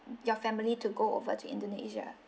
your family to go over to indonesia